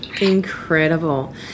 Incredible